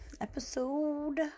episode